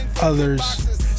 others